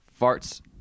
farts